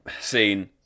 scene